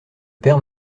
père